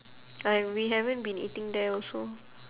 I we haven't been eating there also